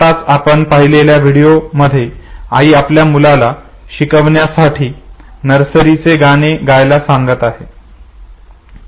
आत्ताच आपण पाहिलेल्या व्हिडिओ मध्ये आई आपल्या मुलाला शिकण्यासाठी नर्सरीचे गाणे गायला सांगत आहे